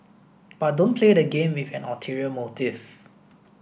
but don't play the game with an ulterior motive